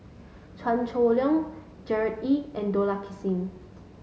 Chua Chong Long Gerard Ee and Dollah Kassim